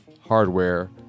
hardware